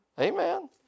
Amen